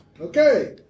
Okay